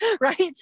right